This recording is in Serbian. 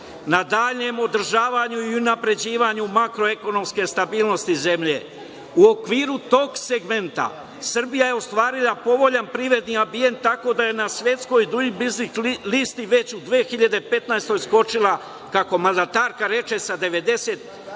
na daljem održavanju i unapređivanju makroekonomske stabilnosti zemlje.U okviru tog segmenta, Srbija je ostvarila povoljan privredni ambijent tako da je na svetskoj doing business listi već u 2015. godini skočila, kako mandatarka reče, sa 91